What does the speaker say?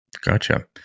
gotcha